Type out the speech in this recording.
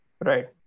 Right